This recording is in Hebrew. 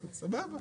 סבבה.